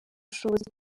bushobozi